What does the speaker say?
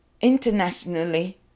Internationally